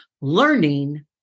learning